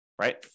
right